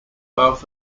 both